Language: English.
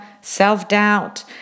self-doubt